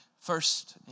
First